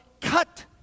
Cut